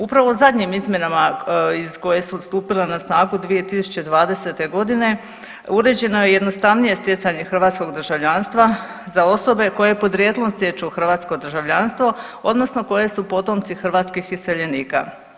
Upravo zadnjim izmjenama iz koje su stupila na snagu 2020. godine uređeno je jednostavnije stjecanje hrvatskog državljanstva za osobe koje podrijetlom stječu hrvatsko državljanstvo odnosno koje su potomci hrvatskih iseljenike.